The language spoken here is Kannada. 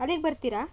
ಅಲ್ಲಿಗೆ ಬರ್ತೀರಾ